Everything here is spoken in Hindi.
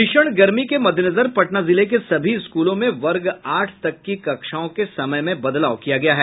भीषण गर्मी के मददेनजर पटना जिले के सभी स्कूलों में वर्ग आठ तक की कक्षाओं के समय में बदलाव किया गया है